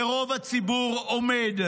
ורוב הציבור עומד,